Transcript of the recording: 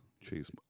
Chase